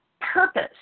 purpose